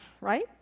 Right